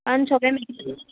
কাৰণ চবকে মাতিব